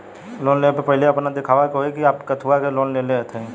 Loan ले वे से पहिले आपन दिखावे के होई कि आप कथुआ के लिए लोन लेत हईन?